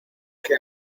que